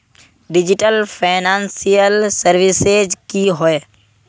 Digital financial services की होय?